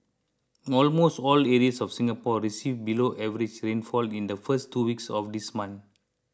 almost all areas of Singapore received below average rainfall in the first two weeks of this month